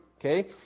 okay